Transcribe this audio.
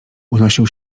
unosił